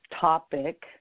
topic